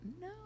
No